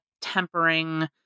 tempering